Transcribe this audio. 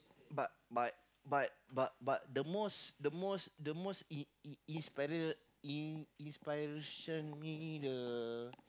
but but but but but the most the most the most in in inspire in inspiration me the